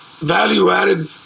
value-added